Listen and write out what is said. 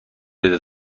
بده